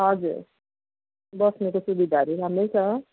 हजुर बस्नुको सुविधाहरू राम्रै छ